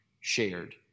shared